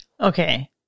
Okay